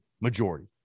majority